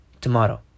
tomorrow